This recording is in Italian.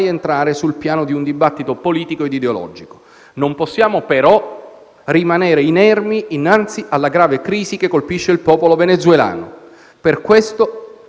entrare sul piano di un dibattito politico e ideologico. Non possiamo, però, rimanere inerti dinanzi alla grave crisi che colpisce il popolo venezuelano. Per questo